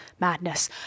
madness